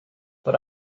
but